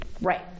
right